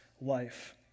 life